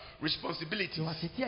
responsibilities